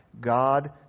God